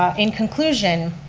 um in conclusion,